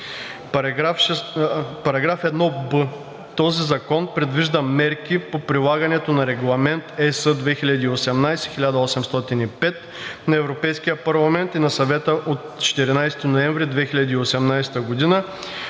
§ 1б. Този закон предвижда мерки по прилагането на Регламент ЕС 2018/1805 на Европейския парламент и на Съвета от 14 ноември 2018 г.